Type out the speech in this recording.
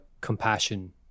compassion